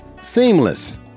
Seamless